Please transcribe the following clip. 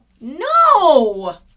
No